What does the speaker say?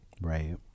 right